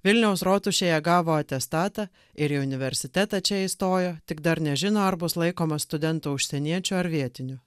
vilniaus rotušėje gavo atestatą ir į universitetą čia įstojo tik dar nežino ar bus laikomas studentu užsieniečiu ar vietiniu